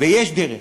ויש דרך.